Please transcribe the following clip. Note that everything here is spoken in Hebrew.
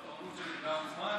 זו תורנות שנקבעה מזמן,